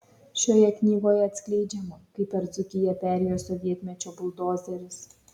šioje knygoje atskleidžiama kaip per dzūkiją perėjo sovietmečio buldozeris